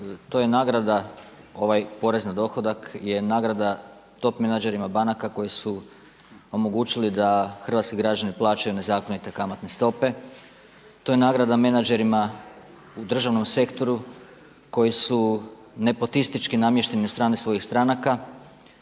to je nagrada, porez na dohodak je nagrada top menadžerima banaka koji su omogućili da hrvatski građani plaćaju nezakonite kamatne stope. To je nagrada menadžerima u državnom sektoru koji su nepotistički namješteni od strane svojih stranaka,